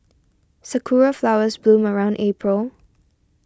sakura flowers bloom around April